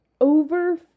over